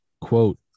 quote